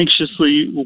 anxiously